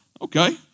Okay